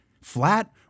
Flat